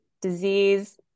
disease